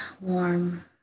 warm